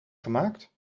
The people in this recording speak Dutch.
gemaakt